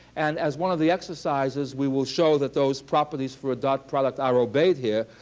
and as one of the exercises, we will show that those properties for a dot product are obeyed here.